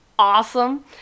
awesome